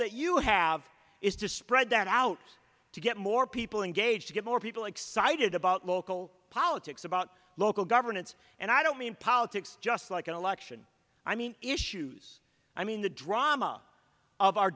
that you have is to spread that out to get more people engaged to get more people excited about local politics about local governance and i don't mean politics just like an election i mean issues i mean the drama of our